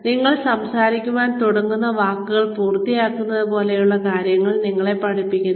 അതിനാൽ നിങ്ങൾ സംസാരിക്കാൻ തുടങ്ങുന്ന വാക്കുകൾ പൂർത്തിയാക്കുന്നത് പോലുള്ള കാര്യങ്ങൾ നിങ്ങളെ പഠിപ്പിക്കുന്നു